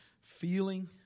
Feeling